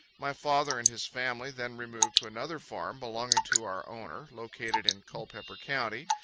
my father and his family then removed to another farm, belonging to our owner, located in culpepper county,